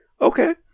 okay